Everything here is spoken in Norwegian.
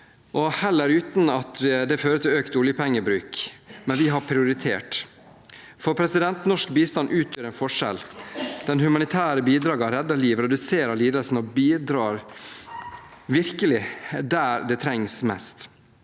også uten at det fører til økt oljepengebruk. Vi har prioritert. Norsk bistand utgjør en forskjell. Humanitære bidrag har reddet liv, reduserer lidelse og bidrar virkelig der det trengs mest.